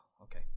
okay